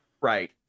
Right